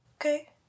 Okay